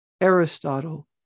Aristotle